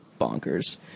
bonkers